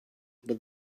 but